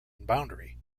boundary